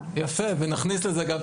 הסייעות,